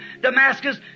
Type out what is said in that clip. Damascus